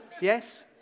Yes